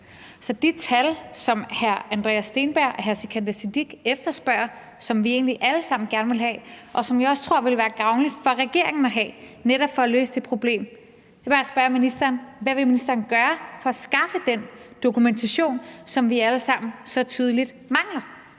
– som hr. Andreas Steenberg og hr. Sikandar Siddique efterspørger; som vi egentlig alle sammen gerne vil have; og som jeg også tror det ville være gavnligt for regeringen at have, netop for at løse det problem. Så hvad vil ministeren gøre for at skaffe den dokumentation, som vi alle sammen så tydeligt mangler?